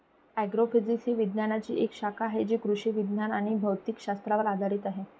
agrophysics ही विज्ञानाची एक शाखा आहे जी कृषी विज्ञान आणि भौतिक शास्त्रावर आधारित आहे